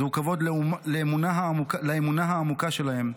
זה כבוד לאמונה העמוקה שלהם,